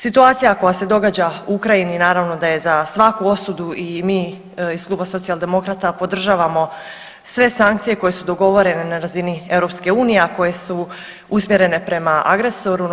Situacija koja se događa u Ukrajini naravno da je za svaku osudu i mi iz Kluba Socijaldemokrata podržavamo sve sankcije koje su dogovorene na razini EU, a koje su usmjerene prema agresoru.